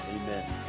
amen